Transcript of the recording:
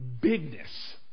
bigness